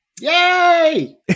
Yay